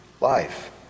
life